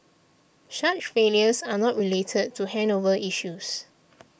such failures are not related to handover issues